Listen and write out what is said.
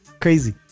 crazy